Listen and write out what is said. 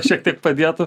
šiek tiek padėtų